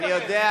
אני יודע,